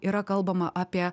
yra kalbama apie